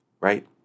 right